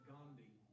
Gandhi